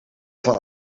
van